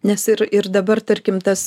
nes ir ir dabar tarkim tas